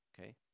Okay